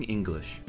English，